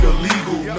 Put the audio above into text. illegal